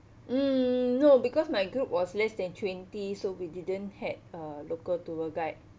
mm no because my group was less than twenty so we didn't had a local tour guide